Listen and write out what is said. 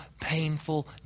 painful